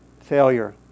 Failure